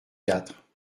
quatre